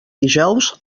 dijous